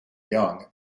young